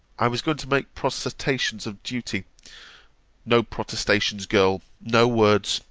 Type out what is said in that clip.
i was going to make protestations of duty no protestations, girl! no words!